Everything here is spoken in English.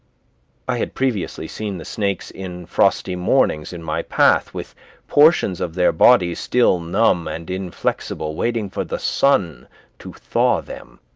i had previously seen the snakes in frosty mornings in my path with portions of their bodies still numb and inflexible, waiting for the sun to thaw them.